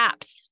apps